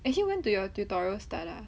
actually when do your tutorial start ah